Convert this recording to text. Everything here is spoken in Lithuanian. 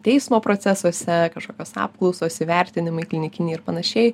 teismo procesuose kažkokios apklausos įvertinimai klinikiniai ir panašiai